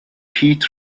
tracks